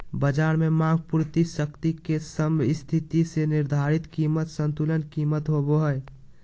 बज़ार में मांग पूर्ति शक्ति के समस्थिति से निर्धारित कीमत संतुलन कीमत होबो हइ